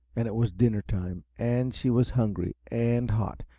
and it was dinner time, and she was hungry, and hot,